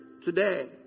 today